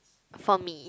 for me